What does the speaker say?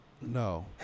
no